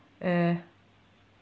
uh